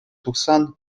тухсан